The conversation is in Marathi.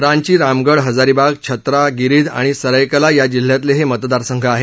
रांची रामगड हजारीबाग छत्रा गिरिध आणि सरैकेला या जिल्ह्यातले हे मतदारसंघ आहेत